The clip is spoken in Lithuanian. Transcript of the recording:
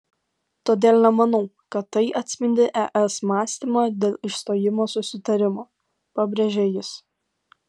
todėl nemanau kad tai atspindi es mąstymą dėl išstojimo susitarimo pabrėžė jis